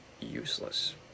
useless